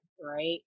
right